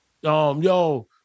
yo